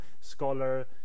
scholar